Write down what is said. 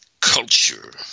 culture